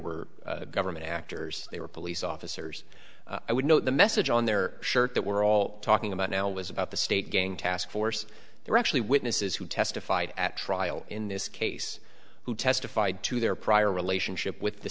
were government actors they were police officers i would note the message on their shirt that we're all talking about now was about the state gang task force there actually witnesses who testified at trial in this case who testified to their prior relationship with the